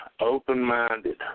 open-minded